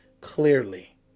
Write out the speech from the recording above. clearly